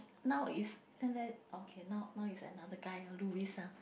now is okay now now is another guy Louis lah